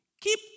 Keep